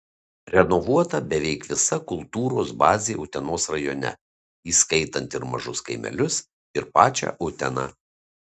renovuota beveik visa kultūros bazė utenos rajone įskaitant ir mažus kaimelius ir pačią uteną